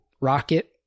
Rocket